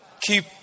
Keep